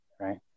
right